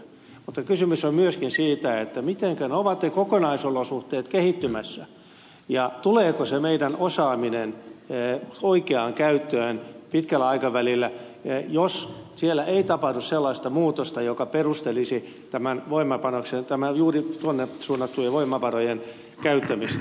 mutta kysymys on myöskin siitä mitenkä ovat ne kokonaisolosuhteet kehittymässä ja tuleeko se meidän osaamisemme oikeaan käyttöön pitkällä aikavälillä jos siellä ei tapahdu sellaista muutosta joka perustelisi juuri tuonne suunnattujen voimavarojen käyttämistä